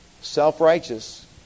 self-righteous